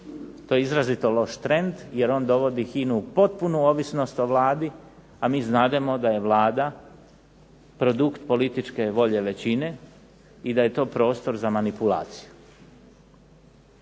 To je izrazito loš trend, jer on dovodi HINA-u u potpunu ovisnost o Vladi, a mi znademo da je Vlada produkt političke volje većine, i da je to prostor za manipulaciju.